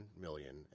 million